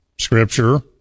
scripture